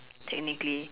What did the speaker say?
technically